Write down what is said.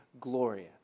Gloria